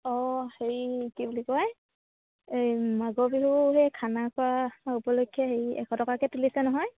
অঁ হেৰি কি বুলি কয় এই মাঘৰ বিহু সেই খানা খোৱা উপলক্ষে হেৰি এশ টকাকে তুলিছে নহয়